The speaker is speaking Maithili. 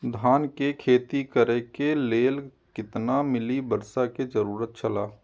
धान के खेती करे के लेल कितना मिली वर्षा के जरूरत छला?